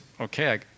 Okay